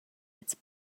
its